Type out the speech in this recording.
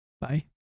Bye